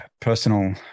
personal